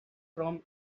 from